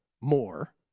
more